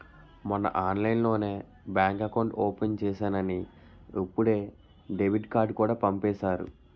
మొన్నే ఆన్లైన్లోనే bank account open చేసేసానని ఇప్పుడే డెబిట్ కార్డుకూడా పంపేసారు